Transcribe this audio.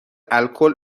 الکل